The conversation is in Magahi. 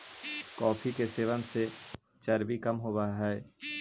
कॉफी के सेवन से चर्बी कम होब हई